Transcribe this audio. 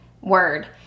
word